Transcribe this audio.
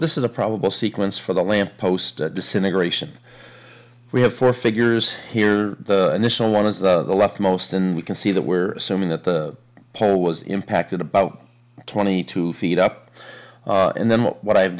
this is a probable sequence for the lamp post disintegration we have four figures here the initial one is the most and we can see that we're assuming that the pole was impacted about twenty two feet up and then what i've